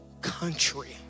country